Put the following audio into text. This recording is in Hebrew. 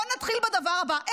בואו נתחיל בדבר הבא,